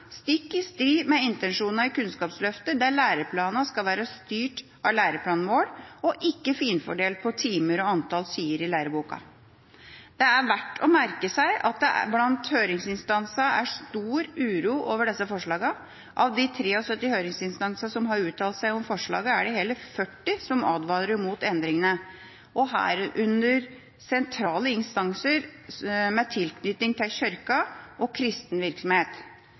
stikk i strid med intensjonene i Kunnskapsløftet, der læreplanene skal være styrt av læreplanmål og ikke finfordelt på timer og antall sider i læreboka. Det er verdt å merke seg at det blant høringsinstansene er stor uro over forslagene. Av de 73 høringsinstansene som har uttalt seg om forslagene, er det hele 40 som advarer mot endringene, herunder sentrale instanser med tilknytning til Kirken og kristen virksomhet.